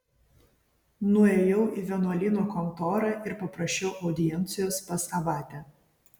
nuėjau į vienuolyno kontorą ir paprašiau audiencijos pas abatę